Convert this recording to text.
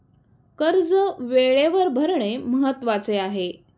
कर्ज वेळेवर भरणे महत्वाचे आहे